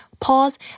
pause